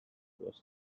was